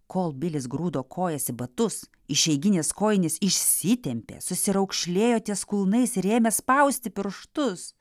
kol bilis grūdo kojas į batus išeiginės kojinės išsitempė susiraukšlėjo ties kulnais ir ėmė spausti pirštus